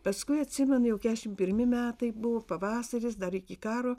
paskui atsimenu jau kešim pirmi metai buvo pavasaris dar iki karo